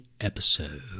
Episode